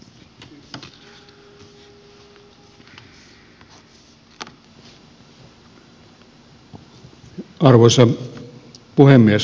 arvoisa puhemies